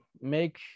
make